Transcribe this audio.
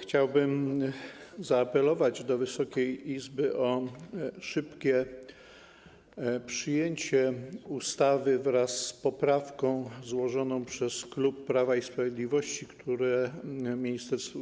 Chciałbym zaapelować do Wysokiej Izby o szybkie przyjęcie ustawy wraz z poprawką złożoną przez klub Prawa i Sprawiedliwości,